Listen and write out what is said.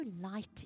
light